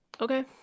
Okay